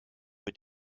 mit